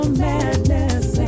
madness